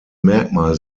merkmal